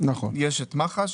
יש את מח"ש,